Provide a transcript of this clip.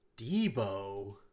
Debo